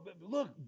look